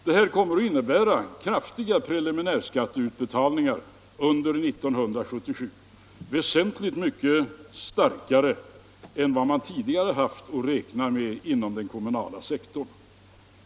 Detta kommer att innebära kraftiga preliminärskatteutbetalningar under 1977, betydligt kraftigare än man tidigare kunnat räkna med inom den kommunala sektorn.